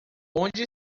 onde